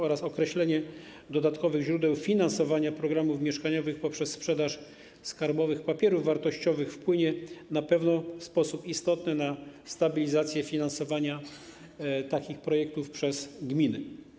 Określenie dodatkowych źródeł finansowania programów mieszkaniowych poprzez sprzedaż skarbowych papierów wartościowych wpłynie na pewno w sposób istotny na stabilizację finansowania takich projektów przez gminy.